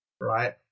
right